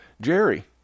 Jerry